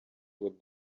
what